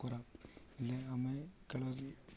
ଖରାପ ହେଲେ ଆମେ କେଳଗି